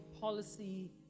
policy